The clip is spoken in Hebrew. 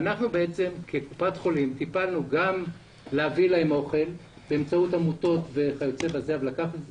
אנחנו כקופת חולים טיפלנו בהבאת אוכל אליהם באמצעות עמותות אבל לקחנו